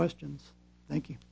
questions thank you